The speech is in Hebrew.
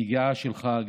הנגיעה שלך,